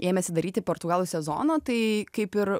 ėmėsi daryti portugalų sezoną tai kaip ir